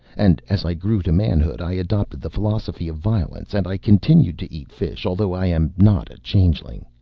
and as i grew to manhood i adopted the philosophy of violence and i continued to eat fish although i am not a changeling.